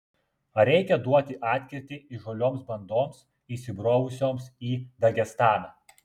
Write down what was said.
ar reikia duoti atkirtį įžūlioms bandoms įsibrovusioms į dagestaną